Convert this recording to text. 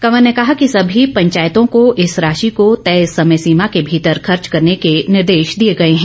कंवर ने कहा कि समी पंचायतों को इस राशि को तय समय सीमा के भीतर खर्च करने के निर्देश दिए गए हैं